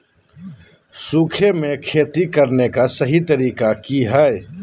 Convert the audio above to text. सूखे में खेती करने का सही तरीका की हैय?